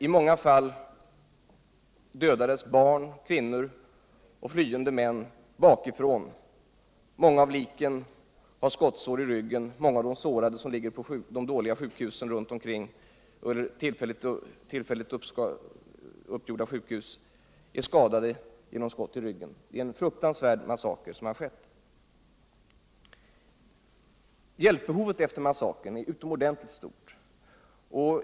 I många fall dödades barn, kvinnor och flyende män bakifrån. Många av liken har skottsår i ryggen. Många av de skadade som ligger på de provisoriska dåliga sjukhusen är skadade genom skott i ryggen. Det är en fruktansvärd massaker som har skett. Hjälpbehovet efter massakern är utomordentligt stort.